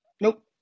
nope